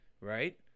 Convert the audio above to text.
right